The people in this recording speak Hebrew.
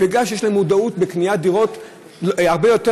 וגם כי יש להם מודעות בקניית דירות הרבה